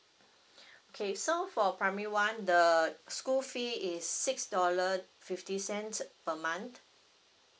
okay so for primary one the school fee is six dollar fifty cents per month